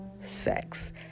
sex